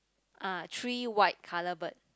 ah three white colour bird